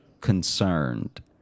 concerned